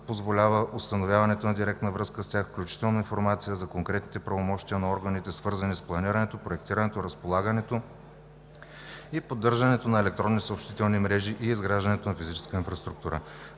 позволява установяването на директна връзка с тях, включително информация за конкретните правомощия на органите, свързани с планирането, проектирането, разполагането и поддържането на електронни съобщителни мрежи и изграждането на физическа инфраструктура;